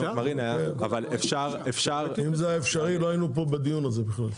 אם זה היה אפשרי, בכלל לא היינו פה בדיון הזה.